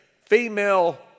female